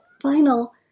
final